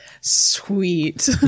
sweet